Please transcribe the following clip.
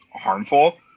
harmful